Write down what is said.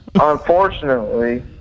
Unfortunately